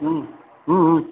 હમ્મ